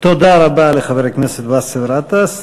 תודה רבה לחבר הכנסת באסל גטאס.